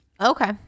okay